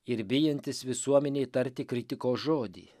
ir bijantis visuomenei tarti kritikos žodį